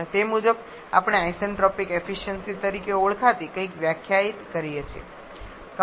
અને તે મુજબ આપણે આઇસેન્ટ્રોપિક એફિસયન્સિ તરીકે ઓળખાતી કંઈક વ્યાખ્યાયિત કરીએ છીએ